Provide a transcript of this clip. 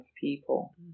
people